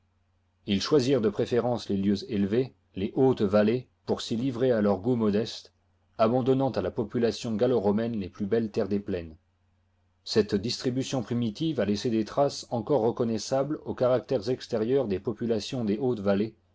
ils choisirent de préférence les lieux élevés les hautes vallées pour s'y livrer à leurs goûts modestes abandonnant à la population gallo romaine les plus belles terres des plaines cette distribution primitive a laissé des traces encore reconnaissables aux caractères extérieurs des populations des